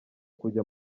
kujya